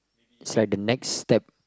it's like the next step